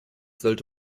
sollte